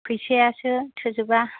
फैसायासो थोजोबा